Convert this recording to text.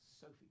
Sophie